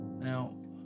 Now